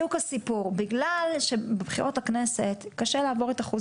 בגלל שבבחירות לכנסת קשה לעבור את אחוז